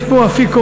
יש פה אפיקומן.